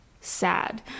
sad